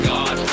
God